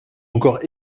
encore